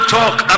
talk